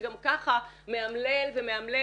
שגם ככה מאמלל ומאמלל,